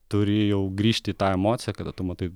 turi jau grįžti į tą emociją kada tu matai